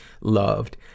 loved